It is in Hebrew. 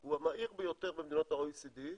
הוא המהיר ביותר במדינות ה-OECD.